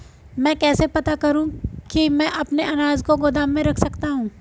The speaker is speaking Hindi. मैं कैसे पता करूँ कि मैं अपने अनाज को गोदाम में रख सकता हूँ?